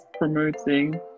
promoting